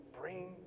bring